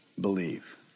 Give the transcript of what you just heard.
believe